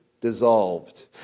dissolved